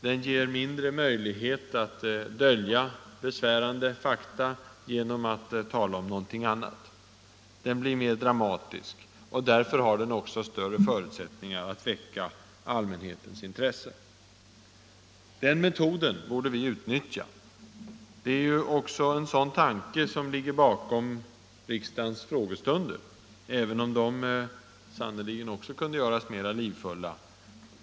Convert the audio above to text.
Den ger mindre möjlighet att dölja besvärande fakta genom att tala om någonting annat. Den blir mer dramatisk, och därför har den också större förutsättningar att väcka allmänhetens intresse. Den metoden borde vi utnyttja. Det är också en sådan tanke som ligger bakom riksdagens frågestunder, även om de sannerligen också kunde göras mer livfulla.